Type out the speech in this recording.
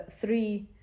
three